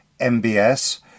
MBS